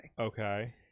Okay